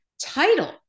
title